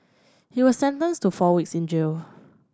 he was sentenced to four weeks in jail